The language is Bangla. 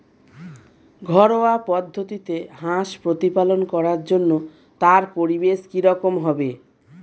ঘরোয়া পদ্ধতিতে হাঁস প্রতিপালন করার জন্য তার পরিবেশ কী রকম হবে?